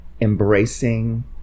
embracing